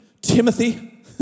Timothy